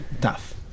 tough